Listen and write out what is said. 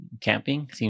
Camping